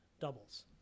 doubles